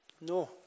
No